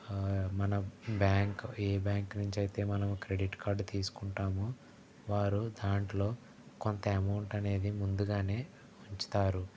మనం బ్యాంక్ ఏ బ్యాంకునుంచైతే మనం క్రెడిట్ కార్డ్ తీసుకుంటామో వారు దాంట్లో కొంత అమౌంటనేది ముందుగానే ఉంచుతారు